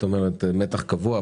מתח קבוע,